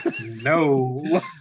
no